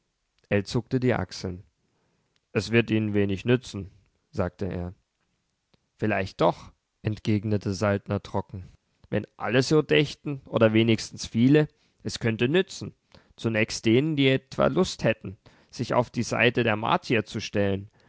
ell zuckte die achseln es wird ihnen wenig nützen sagte er vielleicht doch entgegnete saltner trocken wenn alle so dächten oder wenigstens viele es könnte nützen zunächst denen die etwa lust hätten sich auf die seite der martier zu stellen